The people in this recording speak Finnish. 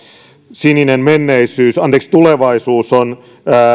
sininen menneisyys anteeksi tulevaisuus on